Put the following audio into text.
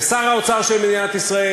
ושר האוצר של מדינת ישראל,